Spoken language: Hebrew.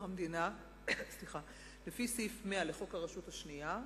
המדינה לפי סעיף 100 לחוק הרשות השנייה,